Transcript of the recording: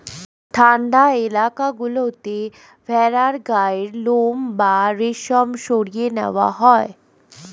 ঠান্ডা এলাকা গুলোতে ভেড়ার গায়ের লোম বা রেশম সরিয়ে নেওয়া হয়